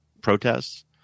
protests